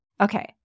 Okay